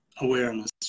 awareness